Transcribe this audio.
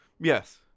Yes